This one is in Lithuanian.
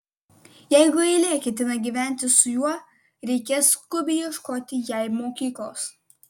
jeigu eilė ketina gyventi su juo reikės skubiai ieškoti jai mokyklos